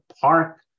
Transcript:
park